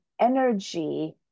energy